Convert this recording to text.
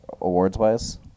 awards-wise